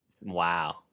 Wow